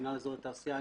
מינהל אזורי תעשייה,